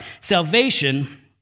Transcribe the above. Salvation